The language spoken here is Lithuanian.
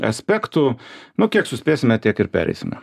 aspektų nu kiek suspėsime tiek ir pereisime